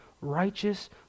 righteous